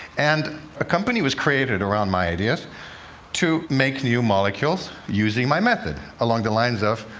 and a company was created around my ideas to make new molecules using my method, along the lines of,